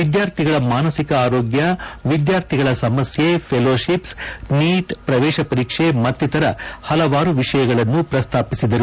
ವಿದ್ಯಾರ್ಥಿಗಳ ಮಾನುಕ ಆರೋಗ್ಯ ವಿದ್ಯಾರ್ಥಿಗಳ ಸಮಸ್ಯೆ ಫೆಲೋಶಿಫ್ ನೀಟ್ ಪ್ರವೇಶ ಪರೀಕ್ಷೆ ಮತ್ತಿತರ ಪಲವಾರು ವಿಷಯಗಳನ್ನು ಪ್ರಸ್ತಾಪಿಸಿದರು